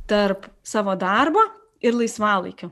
tarp savo darbo ir laisvalaikio